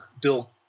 bill